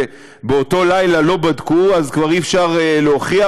ובאותו לילה לא בדקו אז כבר אי-אפשר להוכיח?